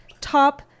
top